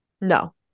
No